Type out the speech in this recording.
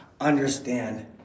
understand